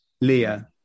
Leah